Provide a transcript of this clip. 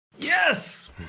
yes